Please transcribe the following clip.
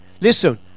Listen